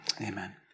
Amen